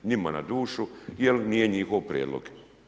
Njima na dušu jer nije njihov prijedlog.